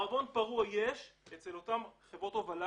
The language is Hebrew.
מערבון פרוע יש אצל אותן חברות הובלה